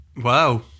Wow